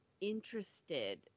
Interested